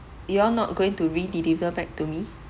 you all not going to redeliver back to me